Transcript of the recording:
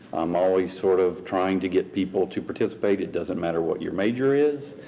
i'm always sort of trying to get people to participate. it doesn't matter what your major is,